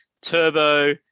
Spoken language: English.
Turbo